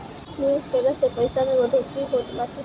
निवेश कइला से पईसा में बढ़ोतरी होत बाटे